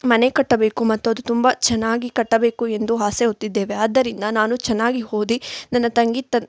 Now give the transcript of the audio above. ಮನೆ ಕಟ್ಟಬೇಕು ಮತ್ತು ಅದು ತುಂಬ ಚೆನ್ನಾಗಿ ಕಟ್ಟಬೇಕು ಎಂದು ಆಸೆ ಹೊತ್ತಿದ್ದೇವೆ ಆದ್ದರಿಂದ ನಾನು ಚೆನ್ನಾಗಿ ಓದಿ ನನ್ನ ತಂಗಿ ತ